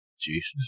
Jesus